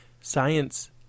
science